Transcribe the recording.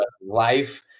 life